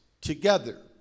together